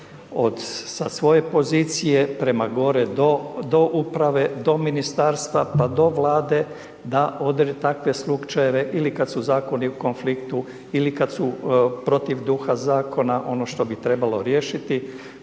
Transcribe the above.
sa svoje pozicije prema gore do uprave, do ministarstva, pa do vlade, da takve slučajeve ili kad su zakoni u konfliktu ili kad su protiv duha zakona, ono što bi trebalo riješiti,